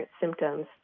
symptoms